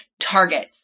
targets